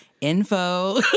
Info